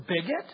bigot